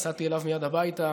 נסעתי אליו מייד הביתה